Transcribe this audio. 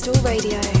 radio